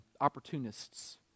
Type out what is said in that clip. opportunists